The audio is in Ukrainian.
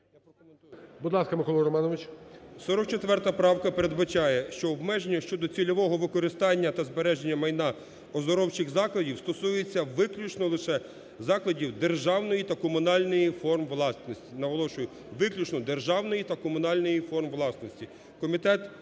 Будь ласка, Микола Романович. 16:49:34 ВЕЛИЧКОВИЧ М.Р. 44 правка передбачає, що обмеження щодо цільового використання та збереження майна оздоровчих закладів стосується виключно лише закладів державної та комунальної форм власності.